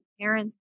parents